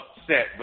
upset